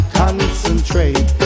concentrate